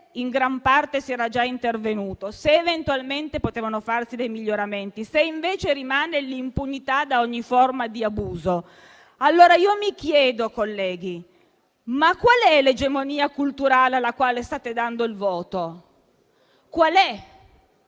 in gran parte si era già intervenuti, se eventualmente potevano farsi dei miglioramenti, se invece rimane l'impunità da ogni forma di abuso, allora io mi chiedo, colleghi, qual è l'egemonia culturale alla quale state dando il voto. Qual è?